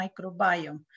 microbiome